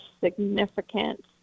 significant